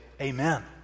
amen